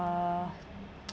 uh